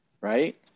right